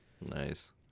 Nice